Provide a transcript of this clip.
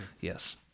Yes